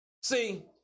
See